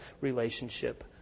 relationship